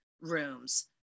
rooms